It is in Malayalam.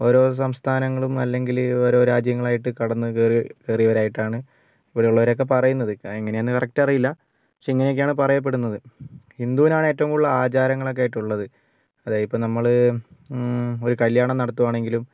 ഓരോ സംസ്ഥാനങ്ങളും അല്ലെങ്കില് ഓരോ രാജ്യങ്ങളായിട്ട് കടന്ന് കയറിയവരായിട്ടാണ് ഇവിടെ ഉള്ളവരൊക്കെ പറയുന്നത് എങ്ങനെയാണ് എന്ന് കറക്റ്റ് അറിയില്ല പക്ഷെ ഇങ്ങനെ ഒക്കെയാണ് പറയപ്പെടുന്നത് ഹിന്ദുനാണ് ഏറ്റവും കൂടുതൽ ആചാരങ്ങൾ ആയിട്ടുള്ളത് അതായത് ഇപ്പോൾ നമ്മള് ഒരു കല്യാണം നടത്തുവാണെങ്കിലും